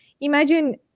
imagine